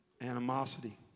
Animosity